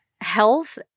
health